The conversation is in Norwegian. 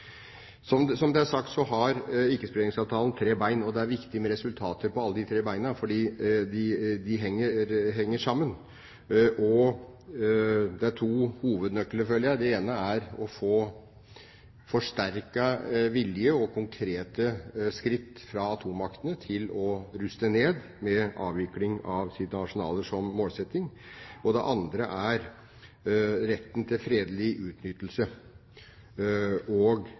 Som det er sagt, har Ikke-spredningsavtalen tre bein. Det er viktig med resultater på alle de tre beina, for de henger sammen. Det er to hovednøkler, føler jeg. Den ene er å få forsterket vilje og konkrete skritt fra atommaktene til å ruste ned, med avvikling av deres arsenaler som målsetting, og den andre er retten til fredelig utnyttelse.